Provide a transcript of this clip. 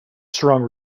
strong